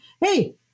hey